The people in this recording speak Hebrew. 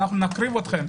נקריב אתכם.